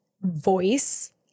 voice